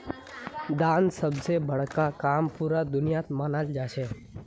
दान सब स बड़का काम पूरा दुनियात मनाल जाछेक